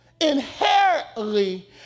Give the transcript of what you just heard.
Inherently